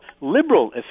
liberal